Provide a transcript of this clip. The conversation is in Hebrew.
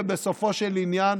ובסופו של עניין,